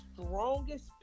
strongest